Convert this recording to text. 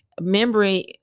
memory